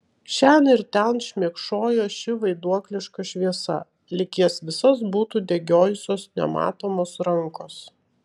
šen ir ten šmėkšojo ši vaiduokliška šviesa lyg jas visas būtų degiojusios nematomos rankos